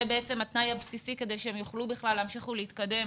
בעצם התנאי הבסיסי כדי שהם יוכלו בכלל להמשיך ולהתקדם